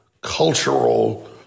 cultural